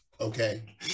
Okay